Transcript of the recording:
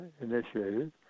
initiated